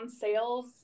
sales